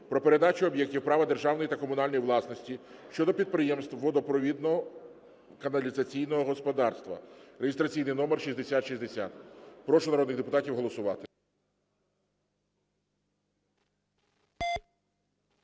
"Про передачу об'єктів права державної та комунальної власності" щодо підприємств водопровідно-каналізаційного господарства (реєстраційний номер 6060). Прошу народних депутатів голосувати.